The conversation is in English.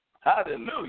Hallelujah